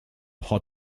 hot